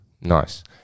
Nice